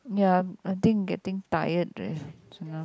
ya I think getting tired